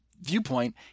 viewpoint